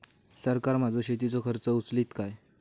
सरकार माझो शेतीचो खर्च उचलीत काय?